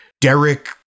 Derek